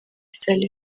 saleh